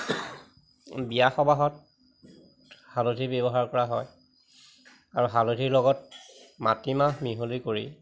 বিয়া সবাহত হালধি ব্যৱহাৰ কৰা হয় আৰু হালধিৰ লগত মাটিমাহ মিহলি কৰি